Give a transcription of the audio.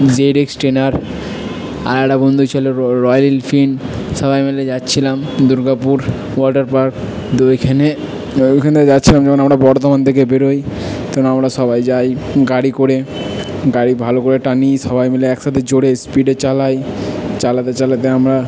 Z X ten R আর একটা বন্ধু ছিলো রয়্যাল এনফিলড সবাই মিলে যাচ্ছিলাম দুর্গাপুর ওয়াটার পার্ক তো ওইখানে ওইখানে যাচ্ছিলাম কারণ আমরা বর্ধমান থেকে বেরোই কারণ আমরা সবাই যাই গাড়ি করে গাড়ি ভালো করে টানি সবাই মিলে একসাথে জোরে স্পিডে চালাই চালাতে চালাতে আমরা